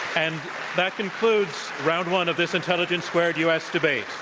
and that concludes round one of this intelligence squared u. s. debate.